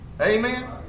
amen